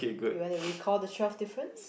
you wanna recall the twelve difference